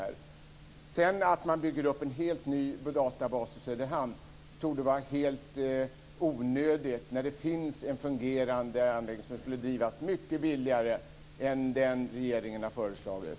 Att man sedan bygger upp en helt ny databas i Söderhamn torde vara helt onödigt, när det finns en fungerande anläggning som skulle drivas mycket billigare än den som regeringen har föreslagit.